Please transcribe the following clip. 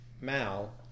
Mal